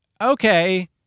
okay